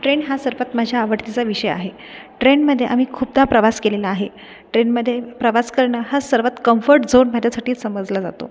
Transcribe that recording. train हा सर्वात माझ्या आवडतीचा विषय आहे ट्रेनमध्ये आम्ही खूपदा प्रवास केलेला आहे ट्रेनमध्ये प्रवास करणं हा सर्वात कम्फर्ट झोन माझ्यासाठी समजला जातो